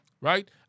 Right